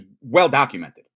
well-documented